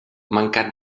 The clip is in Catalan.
mancat